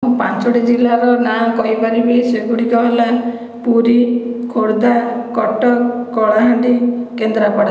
ମୁଁ ପାଞ୍ଚଟି ଜିଲ୍ଲାର ନାଁ କହିପାରିବି ସେଗୁଡ଼ିକ ହେଲା ପୁରୀ ଖୋର୍ଦ୍ଧା କଟକ କଳାହାଣ୍ଡି କେନ୍ଦ୍ରାପଡ଼ା